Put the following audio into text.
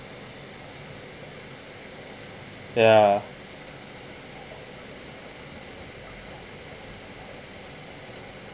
ya